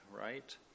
right